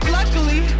Luckily